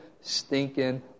stinking